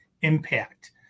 impact